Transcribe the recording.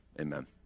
Amen